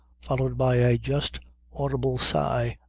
followed by a just audible sigh.